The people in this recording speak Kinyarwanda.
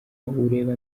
urebe